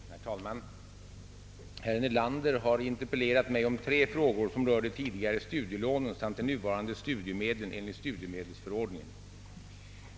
Herr talman! Herr Nelander har interpellerat mig om tre frågor som rör de tidigare studielånen samt de nuvarande studiemedlen enligt studiemedelsförordningen.